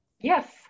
Yes